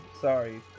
sorry